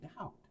out